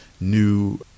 new